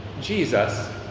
Jesus